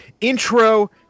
intro